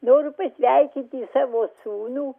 noriu pasveikinti savo sūnų